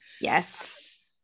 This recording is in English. yes